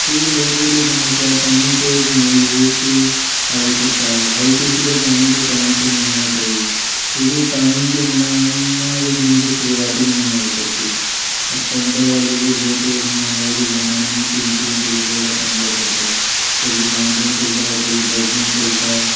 तो यह बहुत बड़ी समस्या है पानी तो एक मूलभूत आवश्यकता है हर किसी को पानी तो टाइम से मिलना ही चाहिए क्योंकि पानी के बिना हमारे दिन की शुरुआत भी नहीं हो सकती अब टैंकर वालों के लें तो महंगाई के ज़माने में तीन तीन सौ रुपये का टैंकर पड़ता है कभी पाँच दिन चलता है कभी दस दिन चलता है